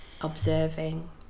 observing